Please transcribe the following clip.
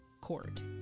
court